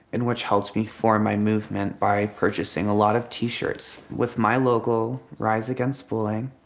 in which helped me form my movement by purchasing a lot of t-shirts with my logo, rise against bullying,